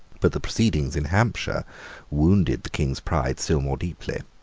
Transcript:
but the proceedings in hampshire wounded the king's pride still more deeply.